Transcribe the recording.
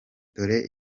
dore